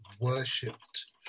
worshipped